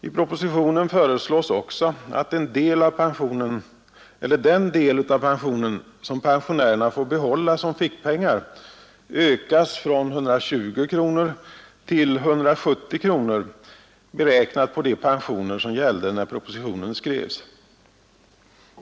I propositionen föreslås också att den del av pensionen som pensionärerna får behålla som fickpengar ökas från 120 kronor till 170 kronor beräknat på de pensioner som gällde när propositionen skrevs.